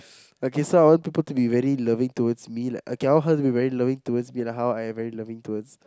okay so I want people to be very loving towards me like okay I want her to be very loving towards me and how I'm very loving towards